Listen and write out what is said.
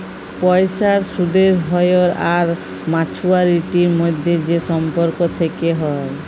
পয়সার সুদের হ্য়র আর মাছুয়ারিটির মধ্যে যে সম্পর্ক থেক্যে হ্যয়